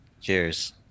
cheers